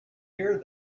here